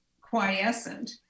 quiescent